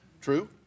True